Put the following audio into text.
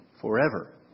forever